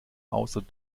außer